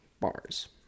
Bars